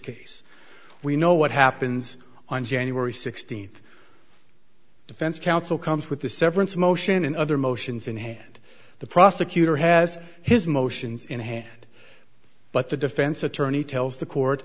case we know what happens on january sixteenth defense counsel comes with the severance motion and other motions in hand the prosecutor has his motions in hand but the defense attorney tells the court